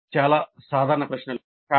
ఇవి చాలా సాధారణ ప్రశ్నలు